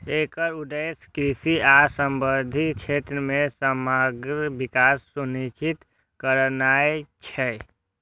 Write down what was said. एकर उद्देश्य कृषि आ संबद्ध क्षेत्र मे समग्र विकास सुनिश्चित करनाय छियै